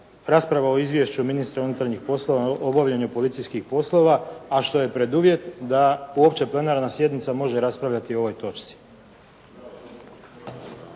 Rasprava o izvješću ministra unutarnjih poslova, obavljanje policijskih poslova, a što je preduvjet da uopće plenarna sjednica može raspravljati o ovoj točci.